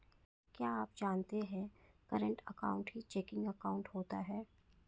क्या आप जानते है करंट अकाउंट ही चेकिंग अकाउंट होता है